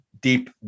deep